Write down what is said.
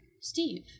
Steve